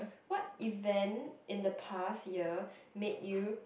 what event in the past year made you